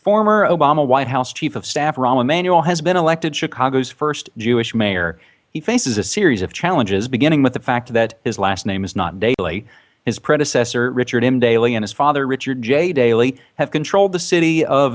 former obama white house chief of staff rahm emanuel has been elected chicago's first jewish mayor he faces a series of challenges beginning with the fact that his last name is not daley his predecessor richard m daley and his father richard j daley have controlled the city of